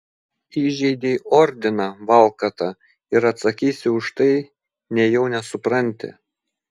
įžeidei ordiną valkata ir atsakysi už tai nejau nesupranti